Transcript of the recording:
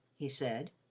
he said.